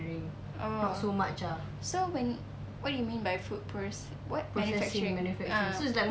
oh so when what do you mean by food proc~ what manufacturing ah